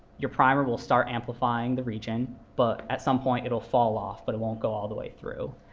your primer will start amplifying the region. but at some point it will fall off, but it won't go all the way through.